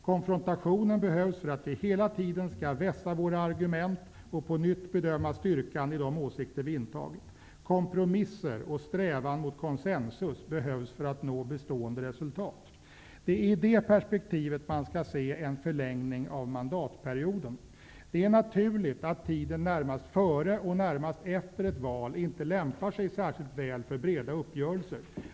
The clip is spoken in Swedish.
Konfrontationen behövs för att vi hela tiden skall vässa våra argument och på nytt bedöma styrkan i de åsikter vi har. Kompromisser och strävan mot konsensus behövs för att nå bestående resultat. Det är i detta perspektiv man skall se en förlängning av mandatperioden. Det är naturligt att tiden närmast före och närmast efter ett val inte lämpar sig särskilt väl för breda uppgörelser.